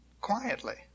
quietly